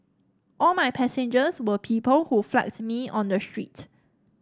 all my passengers were people who flagged me on the street